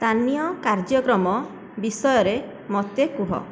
ସ୍ଥାନୀୟ କାର୍ଯ୍ୟକ୍ରମ ବିଷୟରେ ମୋତେ କୁହ